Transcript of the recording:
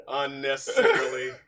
unnecessarily